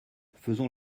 faisons